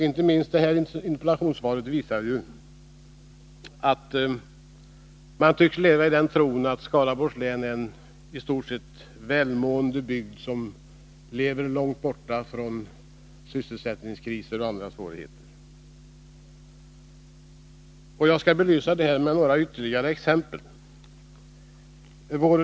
Inte minst det här interpellationssvaret visar att man tycks leva i den tron att Skaraborgs län är eni stort sett välmående bygd, som lever långt bort från sysselsättningskriser och andra svårigheter. Jag vill belysa förhållandena med några ytterligare exempel.